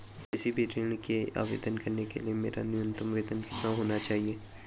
किसी भी ऋण के आवेदन करने के लिए मेरा न्यूनतम वेतन कितना होना चाहिए?